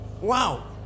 Wow